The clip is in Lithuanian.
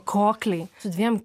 kokliai su dviem